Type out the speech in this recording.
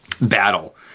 battle